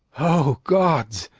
o gods!